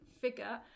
figure